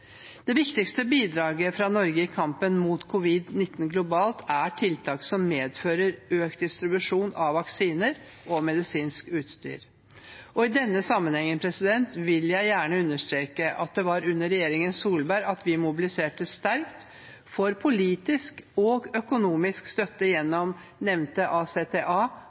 Det viktigste bidraget fra Norge i kampen mot covid-19 globalt er tiltak som medfører økt distribusjon av vaksiner og medisinsk utstyr. I denne sammenhengen vil jeg gjerne understreke at det var under regjeringen Solberg at vi mobiliserte sterkt for politisk og økonomisk støtte gjennom nevnte